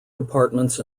departments